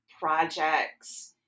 projects